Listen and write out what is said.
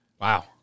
wow